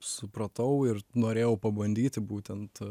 supratau ir norėjau pabandyti būtent